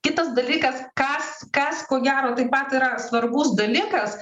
kitas dalykas kas kas ko gero taip pat yra svarbus dalykas